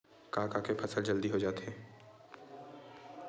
का का के फसल जल्दी हो जाथे?